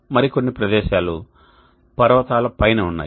మరి కొన్నిప్రదేశాలు పర్వతాల పైన ఉన్నాయి